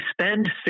spend